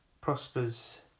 Prospers